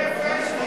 לנפש,